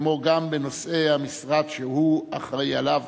כמו גם בנושאי המשרד שהוא אחראי לו,